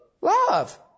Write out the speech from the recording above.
Love